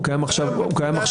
הוא קיים עכשיו באמל"ח.